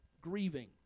Grieving